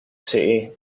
city